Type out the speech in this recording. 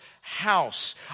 house